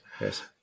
yes